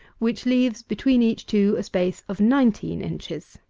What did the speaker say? which leaves between each two a space of nineteen inches.